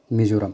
Mizoram